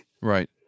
right